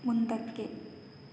ಮುಂದಕ್ಕೆ